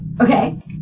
Okay